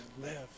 live